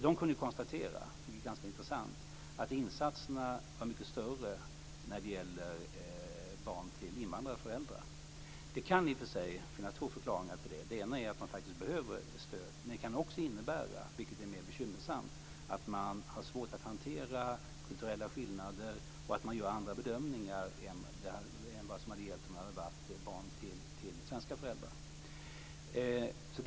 De kunde konstatera, vilket är ganska intressant, att insatserna var mycket större när det gäller barn till invandrade föräldrar. Det kan i och för sig finnas två förklaringar till det. Den ena är att de faktiskt behöver stöd. Men det kan också innebära, vilket är mer bekymmersamt, att man har svårt att hantera kulturella skillnader och att man gör andra bedömningar än man hade gjort om det hade varit barn till svenska föräldrar.